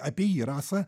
apie jį rasa